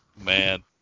Man